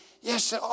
yes